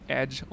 edge